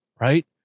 right